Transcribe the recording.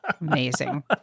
Amazing